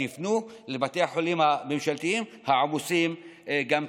אז יפנו לבתי החולים הממשלתיים, העמוסים גם ככה.